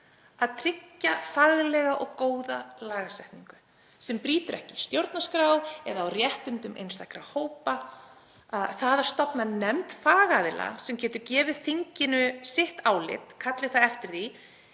að tryggja faglega og góða lagasetningu sem brýtur ekki stjórnarskrá eða á réttindum einstakra hópa. Það að stofna nefnd fagaðila sem getur gefið þinginu sitt álit, kalli það eftir því,